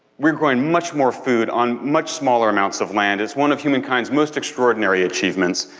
we're growing much more food on much smaller amounts of land, it's one of humankind's most extraordinary achievements,